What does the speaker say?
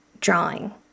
drawing